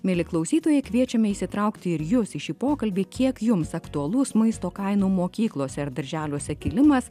mieli klausytojai kviečiame įsitraukti ir jus į šį pokalbį kiek jums aktualus maisto kainų mokyklose ir darželiuose kilimas